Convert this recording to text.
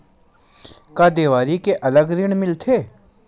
का देवारी के अलग ऋण मिलथे?